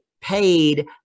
paid